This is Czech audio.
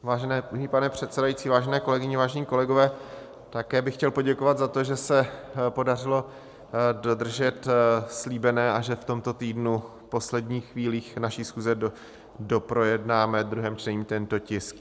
Vážený pane předsedající, vážené kolegyně, vážení kolegové, také bych chtěl poděkovat za to, že se podařilo dodržet slíbené a že v tomto týdnu v posledních chvílích naší schůze doprojednáme v druhém čtení tento tisk.